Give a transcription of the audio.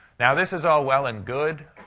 now, this is all well and good.